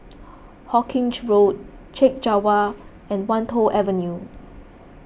Hawkinge Road Chek Jawa and Wan Tho Avenue